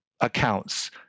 accounts